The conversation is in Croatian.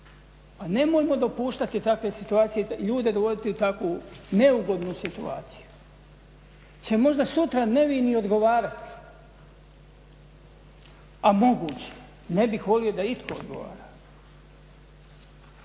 Pa nemojmo dopuštati takve situacije i ljude dovoditi u takvu neugodnu situaciju. Jer će možda sutra nevini odgovarati. A moguće je, ne bih volio da itko odgovara.